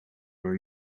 were